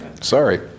Sorry